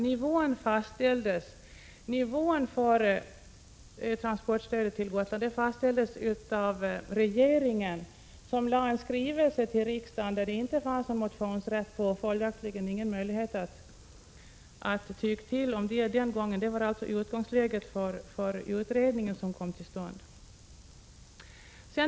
Nivån för transportstödet till Gotland fastlades av regeringen, som tillställde riksdagen en skrivelse som inte medgav motionsrätt. Följaktligen hade man ingen möjlighet att yttra sig den gången. Detta var alltså utgångsläget för den utredning som kom till stånd.